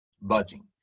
budging